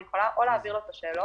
אני יכולה להעביר לו את השאלות,